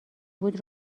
بود